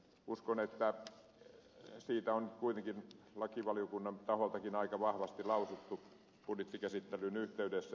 uskon että siitä on kuitenkin lakivaliokunnan taholtakin aika vahvasti lausuttu budjettikäsittelyn yhteydessä